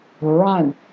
run